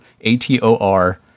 A-T-O-R